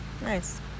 nice